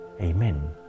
Amen